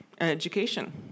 education